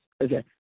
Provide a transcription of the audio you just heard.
Okay